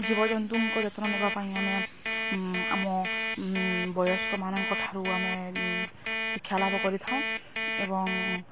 ଜୀବଜନ୍ତୁଙ୍କ ଯତ୍ନ ନେବା ପାଇଁ ଆମେ ଆମ ବୟସ୍କ ମାନଙ୍କ ଠାରୁ ଆମେ ଶିକ୍ଷା ଲାଭ କରିଥାଉଁ ଏବଂ